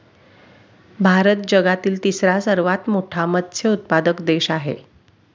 भारत जगातील तिसरा सर्वात मोठा मत्स्य उत्पादक देश आहे